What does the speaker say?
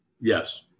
Yes